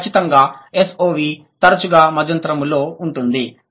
మరియు ఖచ్చితంగా SOV తరచుగా మధ్యంతరంలో ఉంటుంది